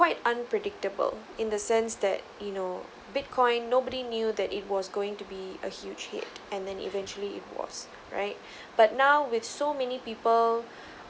quite unpredictable in the sense that you know bitcoin nobody knew that it was going to be a huge hit and then eventually it was right but now with so many people